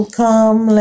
come